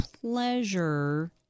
pleasure